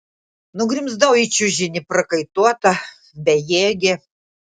nugrimzdau į čiužinį prakaituota bejėgė